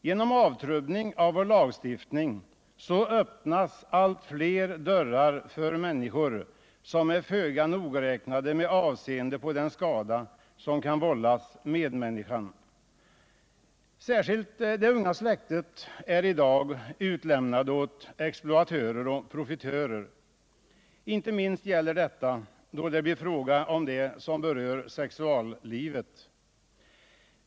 Genom avtrubbning av vår lagstiftning öppnas allt fler dörrar för människor som är föga nogräknade med avseende på den skada som kan vållas medmänniskan. Särskilt det unga släktet är i dag utlämnat åt exploatörer och profitörer. Inte minst gäller detta då det blir fråga om det som berör sexuallivet.